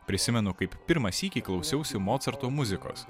prisimenu kaip pirmą sykį klausiausi mocarto muzikos